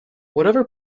whatever